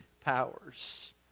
powers